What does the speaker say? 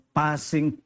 passing